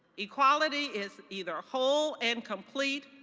equality is either whole and complete.